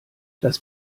das